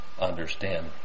understand